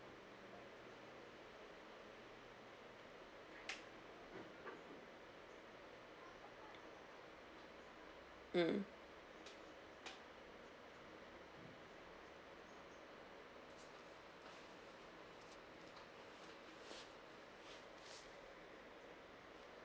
mm